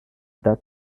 that